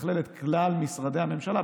תתכלל את כלל משרדי הממשלה.